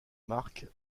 mark